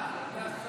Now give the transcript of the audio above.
אתה, אתה השר.